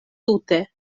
tute